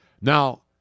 Now